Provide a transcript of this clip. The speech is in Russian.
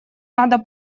надо